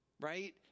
right